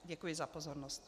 Děkuji za pozornost.